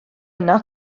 yno